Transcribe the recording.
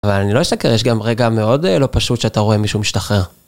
אבל אני לא אשקר, יש גם רגע מאוד לא פשוט שאתה רואה מישהו משתחרר.